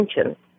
attention